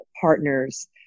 partners